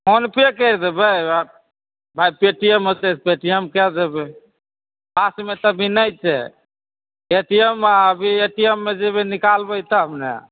PhonePe कैर देबै आ भाइ पेटीएम ओत्तै से पेटीएम कए देबै पासमे तऽ अभी नै छै एटीएम अभी एटीएममे जेबै निकालबै तब ने